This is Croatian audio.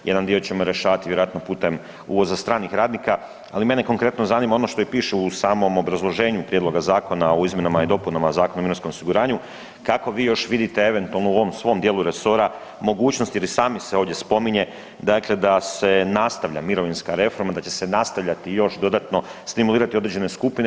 Jedan dio ćemo rješavati vjerojatno putem uvoza stranih radnika, ali mene konkretno zanima ono što i piše u samom obrazloženju Prijedloga zakona u izmjenama i dopunama Zakona o mirovinskom osiguranju, kako vi još vidite eventualno u ovom svom dijelu resora mogućnost jer i sami se ovdje spominje, dakle da se nastavlja mirovinska reforma, da će se nastavljati još dodatno stimulirati određene skupine.